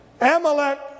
Amalek